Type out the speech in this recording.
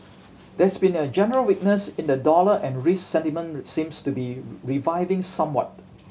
there's been a general weakness in the dollar and risk sentiment seems to be reviving somewhat